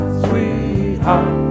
sweetheart